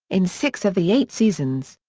in six of the eight seasons.